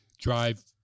drive